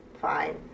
fine